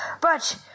but